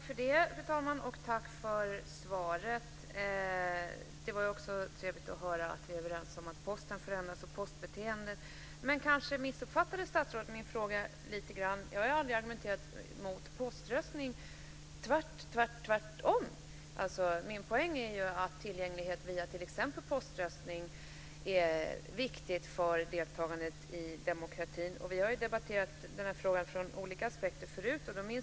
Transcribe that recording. Fru talman! Tack för svaret. Det var trevligt att vi är överens om att Posten och postbeteendet förändras. Men statsrådet kanske missuppfattade min fråga lite grann. Jag har aldrig argumenterat mot poströstning, tvärtom. Min poäng är att tillgänglighet t.ex. via poströstning är viktigt för deltagandet i demokratin. Vi har ju debatterat den här frågan ur olika aspekter tidigare.